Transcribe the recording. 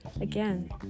again